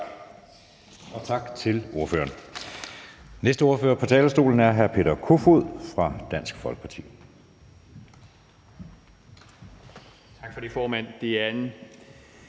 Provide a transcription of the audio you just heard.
og tak til ordføreren. Den næste ordfører på talerstolen er hr. Peter Kofod fra Dansk Folkeparti. Kl.